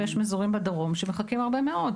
ויש אזורים בדרום שמחכים הרבה מאוד.